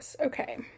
Okay